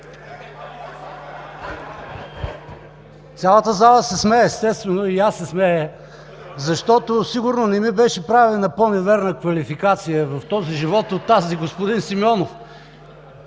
Цялата зала се смее. Естествено! И аз се смея. Защото сигурно не ми беше правена по-невярна квалификация в този живот от тази на господин Симеонов.